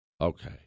Okay